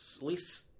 least